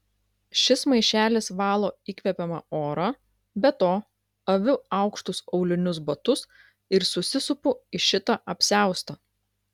šis maišelis valo įkvepiamą orą be to aviu aukštus aulinius batus ir susisupu į šitą apsiaustą